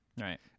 Right